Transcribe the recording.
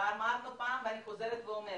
ואמרנו פעם ואני חוזרת ואומרת,